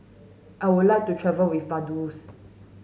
I would like to travel with Vaduz